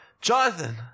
Jonathan